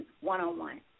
one-on-one